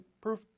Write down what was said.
proof